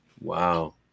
Wow